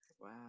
Wow